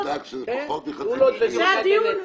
זה הדיון?